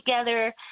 together